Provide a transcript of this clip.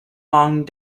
long